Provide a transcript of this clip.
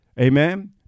Amen